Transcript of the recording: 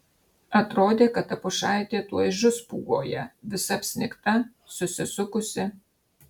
atrodė kad ta pušaitė tuoj žus pūgoje visa apsnigta susisukusi